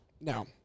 no